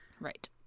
right